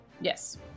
Yes